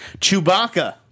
Chewbacca